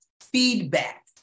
feedback